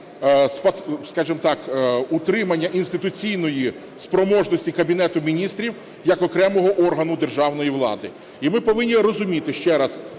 утримання інституційної спроможності Кабінету Міністрів як окремого органу державної влади. І ми повинні розуміти, ще раз,